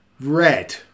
Red